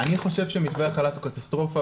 אני חושב שמתווה החל"ת הוא קטסטרופה